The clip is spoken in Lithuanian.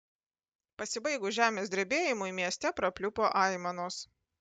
pasibaigus žemės drebėjimui mieste prapliupo aimanos